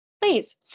Please